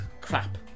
crap